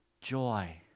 joy